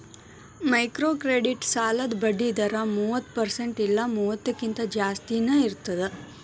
microcredit ಸಾಲದ್ ಬಡ್ಡಿ ದರ ಮೂವತ್ತ ಪರ್ಸೆಂಟ್ ಇಲ್ಲಾ ಮೂವತ್ತಕ್ಕಿಂತ ಜಾಸ್ತಿನಾ ಇರ್ತದ